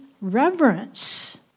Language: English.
reverence